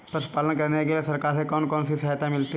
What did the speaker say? पशु पालन करने के लिए सरकार से कौन कौन सी सहायता मिलती है